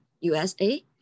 USA